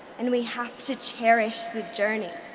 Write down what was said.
and we have to cherish the journey.